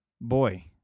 boy